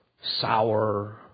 sour